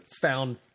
found